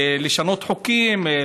לשנות חוקים,